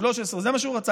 13. זה מה שהוא רצה.